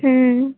হুম